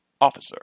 officer